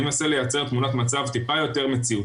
אני מנסה לייצר תמונת מצב טיפה יותר מציאותית,